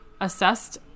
assessed